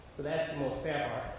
but that the more fat,